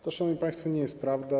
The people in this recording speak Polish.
To, szanowni, państwo, nie jest prawda.